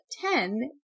ten